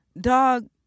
dog